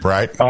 Right